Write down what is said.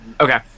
Okay